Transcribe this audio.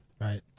Right